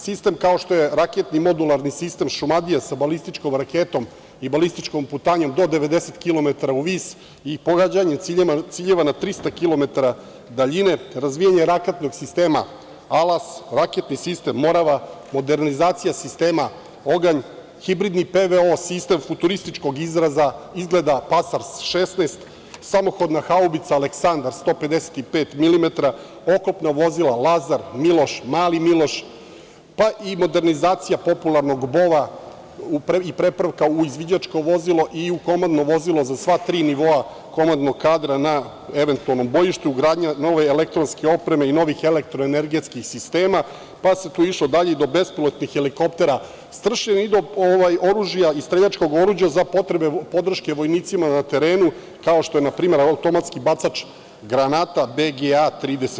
Sistem kao što je raketno modularni sistem Šumadija sa balističkom raketom i balističkom putanjom do 90 km u vis i pogađanjem ciljeva na 300 km daljine, razvijanje raketnog sistema Alas, raketni sistem Morava, modernizacija sistema Oganj, hibridni PVO sistem futurističkog izgleda, Pasarad 16, samohodna haubica Aleksandar 155 mm, oklopna vozila Lazar, Miloš, Mali Miloš, pa i modernizacija popularnog Bova i prepravka u izviđačko vozilo i u komandno vozilo za sva tri nivoa komandnog kadra na eventualnom bojištu, ugradnja nove elektronske opreme i novih elektroenergetskih sistema, pa se tu išlo dalje i do bespilotnih helikoptera Stršljen i do oružja i streljačkog oruđa za potrebe podrške vojnicima na terenu, kao što je npr. automatski bacač granata BGA 30.